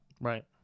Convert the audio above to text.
Right